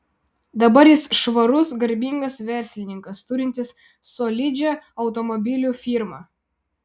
dabar jis švarus garbingas verslininkas turintis solidžią automobilių firmą